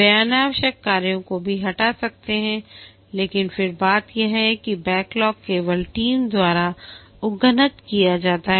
वे अनावश्यक कार्यों को भी हटा सकते हैं लेकिन फिर बात यह है कि बैकलॉग केवल टीम द्वारा अद्यतन किया जाता है